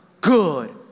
good